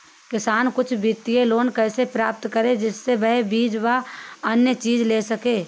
किसान कुछ वित्तीय लोन कैसे प्राप्त करें जिससे वह बीज व अन्य चीज ले सके?